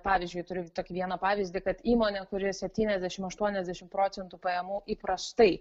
pavyzdžiui turim vieną pavyzdį kad įmonė kuri septyniasdešimt aštuoniasdešimt procentų pajamų įprastai